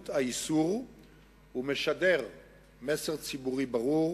לבהירות האיסור ומשדר מסר ציבורי ברור